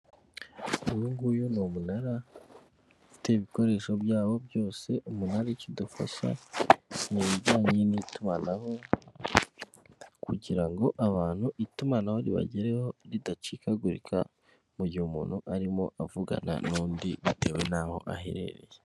Uyu nguyu ni umunara ufite ibikoresho byawo byose umunara kidufasha mu bijyanye n'itumanaho kugira ngo abantu itumanaho ribagereho ridacikagurika mu gihe umuntu arimo avugana n'undi bitewe n'aho aherereye.